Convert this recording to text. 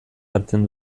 hartzen